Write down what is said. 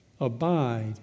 abide